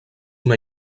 una